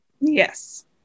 yes